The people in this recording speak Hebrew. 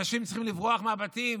אנשים צריכים לברוח מהבתים,